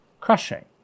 crushing